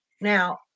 Now